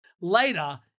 Later